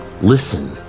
Listen